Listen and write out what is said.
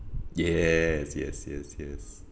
yes yes yes yes